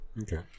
Okay